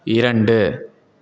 இரண்டு